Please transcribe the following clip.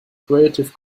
creative